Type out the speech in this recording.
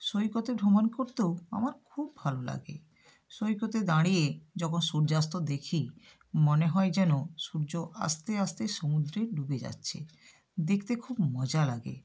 সৈকতে ভ্রমণ করতেও আমার খুব ভালো লাগে সৈকতে দাঁড়িয়ে যখন সূর্যাস্ত দেখি মনে হয় যেন সূর্য আস্তে আস্তে সমুদ্রে ডুবে যাচ্ছে দেখতে খুব মজা লাগে